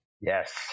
Yes